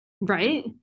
Right